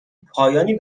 پایانی